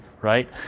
Right